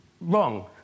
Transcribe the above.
wrong